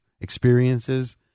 experiences